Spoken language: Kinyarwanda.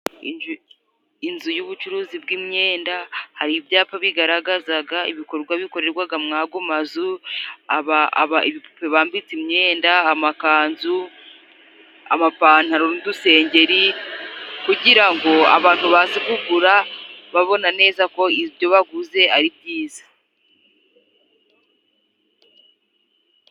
Inzu y'ubucuruzi bw'imyenda hari ibyapa bigaragazaga ibikorwa bikorerwaga mwago mazu, ibipupe bambitse imyenda, amakanzu, amapantaro n'udusengeri kugira ngo abantu baze kugura babona neza ko ibyo baguze ari byiza.